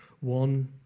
One